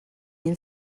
mil